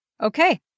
Okay